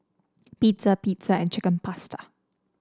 Pizza Pizza and Chicken Pasta